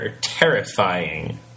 terrifying